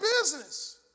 business